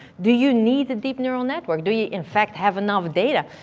do you need a deep neural network? do you, in fact, have enough data?